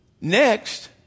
Next